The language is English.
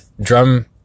drum